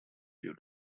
due